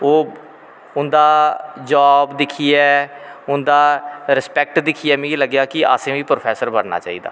ओह् उंदा जॉब दिक्खियै उंदा रिस्पैक्ट दिक्खियै मिगी बी लग्गेआ कि असें बी प्रौफैसर बनना